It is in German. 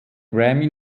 grammy